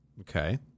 Okay